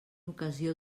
ocasió